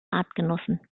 artgenossen